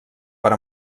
per